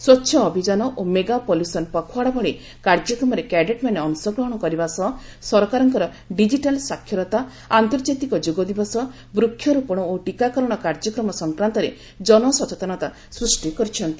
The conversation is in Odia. ସ୍ୱଚ୍ଛ ଅଭିଯାନ ଓ ମେଗା ପଲ୍ୟୁସନ୍ ପଖୱାଡା ଭଳି କାର୍ଯ୍ୟକ୍ରମରେ କ୍ୟାଡେଟ୍ମାନେ ଅଂଶଗ୍ରହଣ କରିବା ସହ ସରକାରଙ୍କର ଡିଜିଟାଲ୍ ସାକ୍ଷରତା ଆନ୍ତର୍ଜାତିକ ଯୋଗ ଦିବସ ବୃକ୍ଷରୋପଣ ଓ ଟିକାକରଣ କାର୍ଯ୍ୟକ୍ରମ ସଂକ୍ରାନ୍ତରେ ଜନସଚେତନତା ସୃଷ୍ଟି କରିଛନ୍ତି